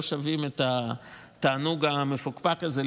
לא שווים את התענוג המפוקפק הזה,